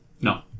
No